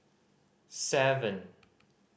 seven